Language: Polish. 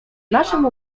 naszym